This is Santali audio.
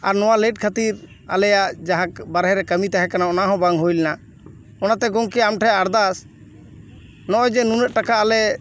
ᱟᱨ ᱱᱚᱣᱟ ᱞᱮ ᱴ ᱠᱷᱟᱹᱛᱤᱨ ᱟᱞᱮᱭᱟᱜ ᱡᱟᱦᱟᱸ ᱵᱟᱨᱦᱮᱨᱮ ᱠᱟᱹᱢᱤ ᱛᱟᱦᱮᱸᱠᱟᱱᱟ ᱚᱱᱟᱦᱚᱸ ᱵᱟᱝ ᱦᱩᱭ ᱞᱮᱱᱟ ᱚᱱᱟᱛᱮ ᱜᱚᱝᱠᱮ ᱟᱢᱴᱷᱮᱱ ᱟᱨᱫᱟᱥ ᱱᱚᱜᱚᱭ ᱡᱮ ᱱᱩᱱᱟᱹᱜ ᱴᱟᱠᱟ ᱟᱞᱮ